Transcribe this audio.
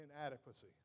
inadequacy